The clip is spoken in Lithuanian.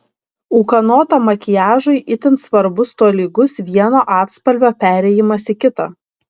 ūkanotam makiažui itin svarbus tolygus vieno atspalvio perėjimas į kitą